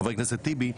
חבר הכנסת טיבי,